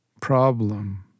problem